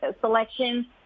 selection